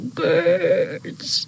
birds